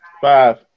Five